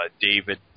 David